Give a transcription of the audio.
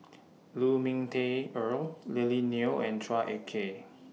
Lu Ming Teh Earl Lily Neo and Chua Ek Kay